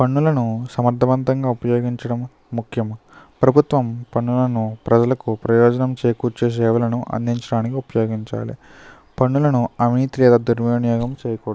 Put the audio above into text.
పన్నులను సమర్థవంతంగా ఉపయోగించడం ముఖ్యం ప్రభుత్వం పన్నులను ప్రజలకు ప్రయోజనం చేకూర్చే సేవలను అందించటానికి ఉపయోగించాలి పన్నులను అవినీతి లేదా దుర్వినియోగం చేయకూడదు